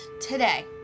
today